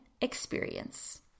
experience